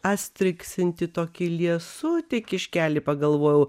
astriksintį tokį liesutį kiškelį pagalvojau